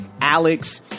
alex